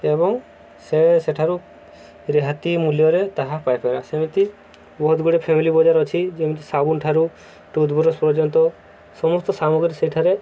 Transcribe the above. ଏବଂ ସେ ସେଠାରୁ ରିହାତି ମୂଲ୍ୟରେ ତାହା ପାଇପାରିବ ସେମିତି ବହୁତ ଗୁଡ଼ିଏ ଫ୍ୟାମିଲି ବଜାର ଅଛି ଯେମିତି ସାବୁନ ଠାରୁ ଟୁଥବ୍ରସ୍ ପର୍ଯ୍ୟନ୍ତ ସମସ୍ତ ସାମଗ୍ରୀ ସେଇଠାରେ